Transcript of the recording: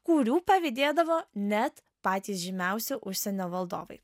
kurių pavydėdavo net patys žymiausi užsienio valdovai